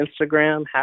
Instagram